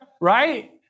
Right